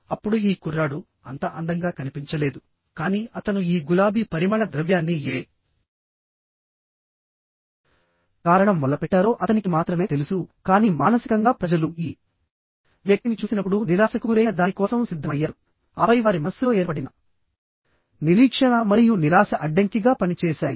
అప్పుడు ఈ కుర్రాడు అంత అందంగా కనిపించలేదు కానీ అతను ఈ గులాబీ పరిమళ ద్రవ్యాన్ని ఏ కారణం వల్ల పెట్టారో అతనికి మాత్రమే తెలుసు కానీ మానసికంగా ప్రజలు ఈ వ్యక్తిని చూసినప్పుడు నిరాశకు గురైన దాని కోసం సిద్ధమయ్యారు ఆపై వారి మనస్సులో ఏర్పడిన నిరీక్షణ మరియు నిరాశ అడ్డంకిగా పనిచేశాయి